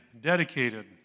dedicated